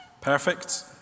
Perfect